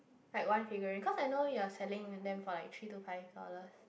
like one figurine cause I know you are selling them for like three to five dollars